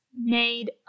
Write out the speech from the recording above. made